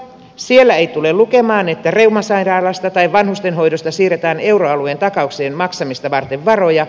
siellä ei tule lukemaan että reumasairaalasta tai vanhustenhoidosta siirretään euroalueen takauksien maksamista varten varoja